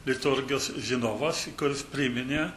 liturgijos žinovus ir kuris priminė